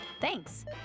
Thanks